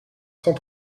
cent